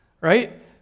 right